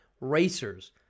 racers